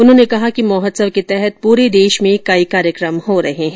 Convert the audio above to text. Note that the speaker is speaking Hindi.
उन्होंने कहा कि मर्हात्सव के तहत पूरे देश में कई कार्यक्रम हो रहे है